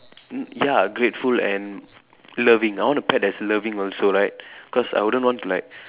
y~ ya grateful and loving I want a pet that's loving also like cause I wouldn't want to like